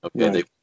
Okay